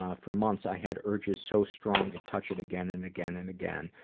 ah for months i had urges so strong to touch it again, and again, and again,